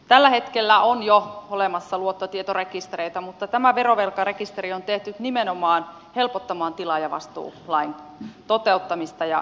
tällä hetkellä on jo olemassa luottotietorekistereitä mutta tämä verovelkarekisteri on tehty nimenomaan helpottamaan tilaajavastuulain toteuttamista ja käyttöönottoa